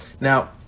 Now